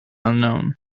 unknown